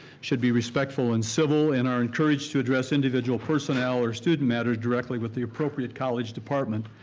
should be respectful and civil, and are encouraged to address individual personnel or student members directly with the appropriate college department.